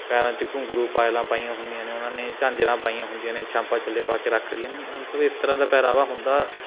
ਪੈਰਾਂ 'ਚ ਘੁੰਗਰੂ ਪਾਇਲਾਂ ਪਾਈਆਂ ਹੁੰਦੀਆ ਨੇ ਉਨ੍ਹਾਂ ਨੇ ਝਾਂਜਰਾਂ ਪਾਈਆਂ ਹੁੰਦੀਆ ਨੇ ਛਾਂਪਾਂ ਛੱਲੇ ਪਾ ਕੇ ਰੱਖਦੀਆਂ ਨੇ ਮਤਲਬ ਇਸ ਤਰ੍ਹਾਂ ਦਾ ਪਹਿਰਾਵਾ ਹੁੰਦਾ